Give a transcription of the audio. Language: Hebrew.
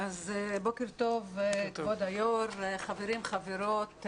בוקר טוב, כבוד היו"ר, חברים, חברות.